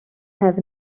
have